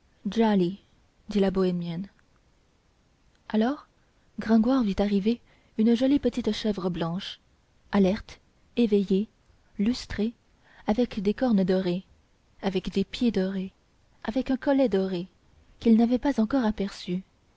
la bohémienne alors gringoire vit arriver une jolie petite chèvre blanche alerte éveillée lustrée avec des cornes dorées avec des pieds dorés avec un collier doré qu'il n'avait pas encore aperçue